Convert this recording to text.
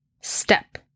Step